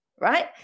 right